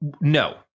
No